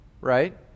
Right